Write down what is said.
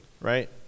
right